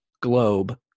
globe